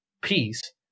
peace